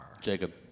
Jacob